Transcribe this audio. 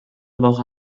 woche